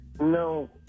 No